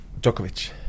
Djokovic